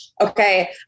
okay